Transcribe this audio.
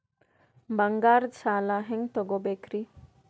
ಬಂಗಾರದ್ ಸಾಲ ಹೆಂಗ್ ತಗೊಬೇಕ್ರಿ?